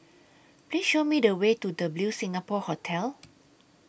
Please Show Me The Way to W Singapore Hotel